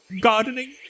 gardening